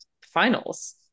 finals